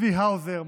צבי האוזר,